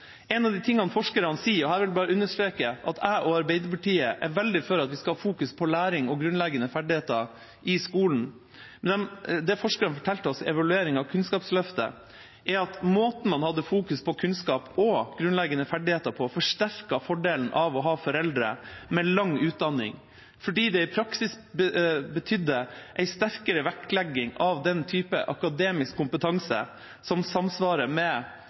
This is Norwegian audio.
En av de tingene forskerne sier i evalueringen av Kunnskapsløftet – og her vil jeg bare understreke at jeg og Arbeiderpartiet er veldig for at vi skal fokusere på læring og grunnleggende ferdigheter i skolen – er at måten man hadde fokusert på kunnskap og grunnleggende ferdigheter på, forsterket fordelen av å ha foreldre med lang utdanning. Det var fordi det i praksis betydde en sterkere vektlegging av den typen akademisk kompetanse som samsvarer med